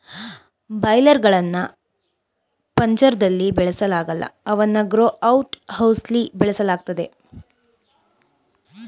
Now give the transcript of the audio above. boiler ಗಳ್ನ ಪಂಜರ್ದಲ್ಲಿ ಬೆಳೆಸಲಾಗಲ್ಲ ಅವನ್ನು ಗ್ರೋ ಔಟ್ ಹೌಸ್ಲಿ ಬೆಳೆಸಲಾಗ್ತದೆ